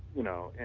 you know, and